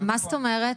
מה זאת אומרת?